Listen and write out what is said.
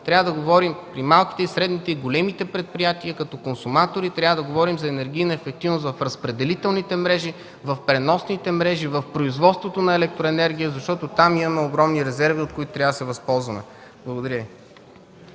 в бизнеса, в малките, средните и големи предприятия като консуматори. Трябва да говорим за енергийна ефективност в разпределителните мрежи, в преносните мрежи, в производството на електроенергия, защото там има огромни резерви, от които трябва да се възползваме. Благодаря